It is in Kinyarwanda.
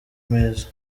meza